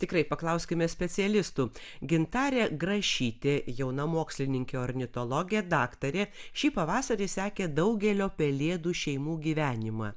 tikrai paklauskime specialistų gintarė grašytė jauna mokslininkė ornitologė daktarė šį pavasarį sekė daugelio pelėdų šeimų gyvenimą